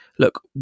Look